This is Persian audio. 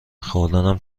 خوردنم